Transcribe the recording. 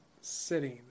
sitting